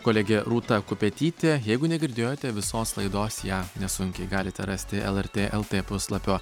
kolegė rūta kupetytė jeigu negirdėjote visos laidos ją nesunkiai galite rasti lrt lt puslapio